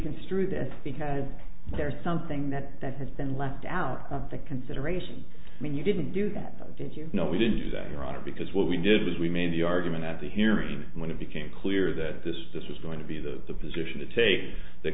construe this because there is something that that has been left out of the consideration i mean you didn't do that didn't you know we didn't do that your honor because what we did is we made the argument at the hearing when it became clear that this this was going to be the position to take th